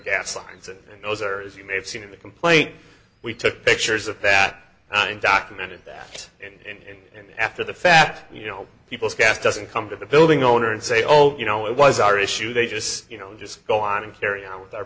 gas lines and those are as you may have seen in the complaint we took pictures of that and documented that and then after the fact you know people's gas doesn't come to the building owner and say oh you know it was our issue they just you know just go on and carry on with our